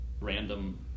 Random